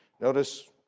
Notice